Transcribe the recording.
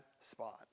spot